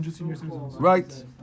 Right